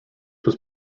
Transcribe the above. was